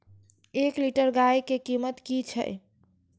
एक लीटर गाय के कीमत कि छै?